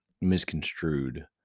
misconstrued